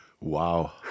Wow